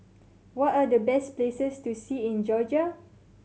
what are the best places to see in Georgia